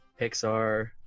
Pixar